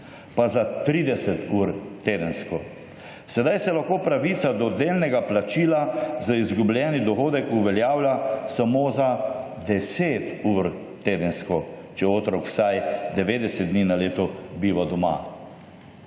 pa za 30 ur tedensko. Sedaj se lahko pravica do delnega plačila za izgubljeni dohodek uveljavlja samo za 10 ur tedensko, če otrok vsaj 90 dni na leto biva doma.